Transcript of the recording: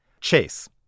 Chase